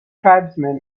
tribesmen